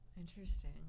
Interesting